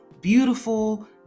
beautiful